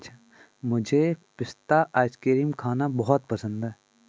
मुझे पिस्ता आइसक्रीम खाना बहुत पसंद है